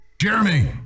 Jeremy